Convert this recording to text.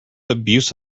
abuse